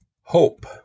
hope